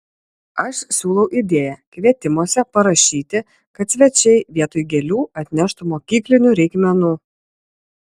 aš siūlau idėją kvietimuose parašyti kad svečiai vietoj gėlių atneštų mokyklinių reikmenų